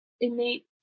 innate